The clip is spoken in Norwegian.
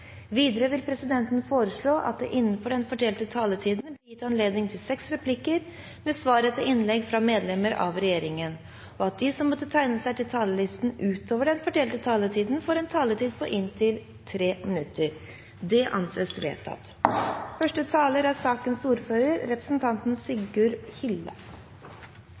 Videre vil presidenten foreslå at det blir gitt anledning til seks replikker med svar etter innlegg fra medlemmer av regjeringen innenfor den fordelte taletid, og at de som måtte tegne seg på talerlisten utover den fordelte taletid, får en taletid på inntil 3 minutter. – Det anses vedtatt. Dagen i dag er